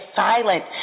silent